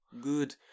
good